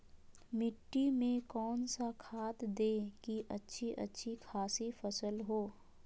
मिट्टी में कौन सा खाद दे की अच्छी अच्छी खासी फसल हो?